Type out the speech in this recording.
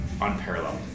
unparalleled